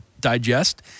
digest